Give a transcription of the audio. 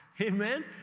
Amen